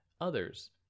others